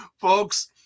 Folks